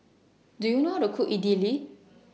Do YOU know How to Cook Idili